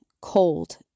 cold